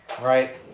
right